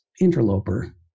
interloper